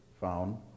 found